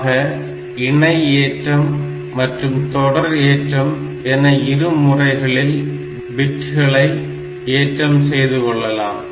ஆக இணை ஏற்றம் மற்றும் தொடர் ஏற்றம் என இரு முறைகளில் பிட்களை ஏற்றம் செய்துகொள்ளலாம்